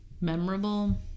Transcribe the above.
memorable